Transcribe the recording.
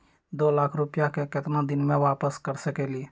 दो लाख रुपया के केतना दिन में वापस कर सकेली?